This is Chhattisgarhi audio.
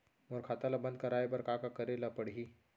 मोर खाता ल बन्द कराये बर का का करे ल पड़ही?